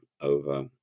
over